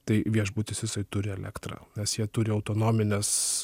tai viešbutis isai turi elektrą nes jie turi autonomines